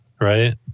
Right